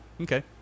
Okay